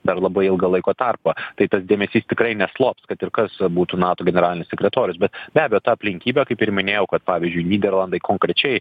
dar labai ilgą laiko tarpą tai tas dėmesys tikrai neslops kad ir kas būtų nato generalinis sekretorius bet be abejo ta aplinkybė kaip ir minėjau kad pavyzdžiui nyderlandai konkrečiai